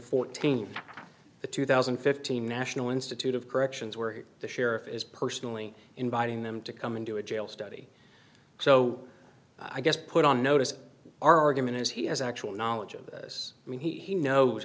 fourteen the two thousand and fifteen national institute of corrections where the sheriff is personally inviting them to come and do a jail study so i guess put on notice our argument is he has actual knowledge of this i mean he knows